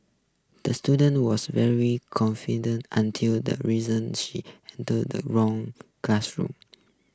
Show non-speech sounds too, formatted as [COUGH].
the student was very confused until the reason she entered the wrong classroom [NOISE]